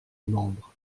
membres